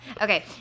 okay